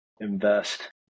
invest